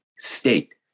state